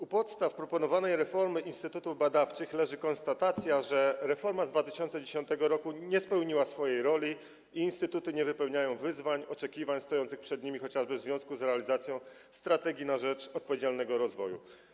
U podstaw proponowanej reformy instytutów badawczych leży konstatacja, że reforma z 2010 r. nie spełniła swojej roli i instytuty nie odpowiadają na wyzwania, oczekiwania stojące przed nimi chociażby w związku z realizacją „Strategii na rzecz odpowiedzialnego rozwoju”